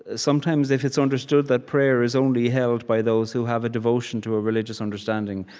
ah sometimes, if it's understood that prayer is only held by those who have a devotion to a religious understanding,